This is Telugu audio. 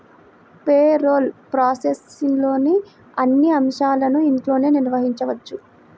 పేరోల్ ప్రాసెస్లోని అన్ని అంశాలను ఇంట్లోనే నిర్వహించవచ్చు